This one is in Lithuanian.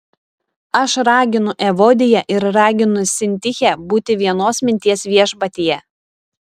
aš raginu evodiją ir raginu sintichę būti vienos minties viešpatyje